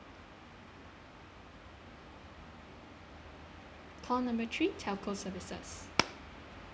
call number three telco services